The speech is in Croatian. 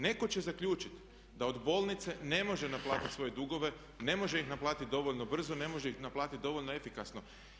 Netko će zaključiti da od bolnice ne može naplatiti svoje dugove, ne može ih naplatiti dovoljno brzo, ne može ih naplatiti dovoljno efikasno.